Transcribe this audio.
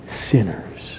sinners